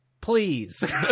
please